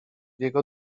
jego